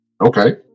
Okay